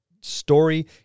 story